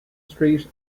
street